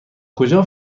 کجا